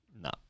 No